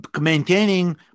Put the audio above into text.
maintaining